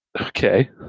Okay